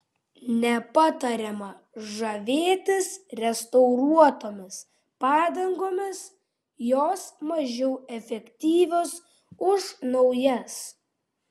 nepatariama žavėtis restauruotomis padangomis jos mažiau efektyvios už naujas